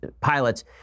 pilots